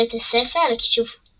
בית הספר לכישוף